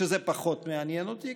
שזה פחות מעניין אותי,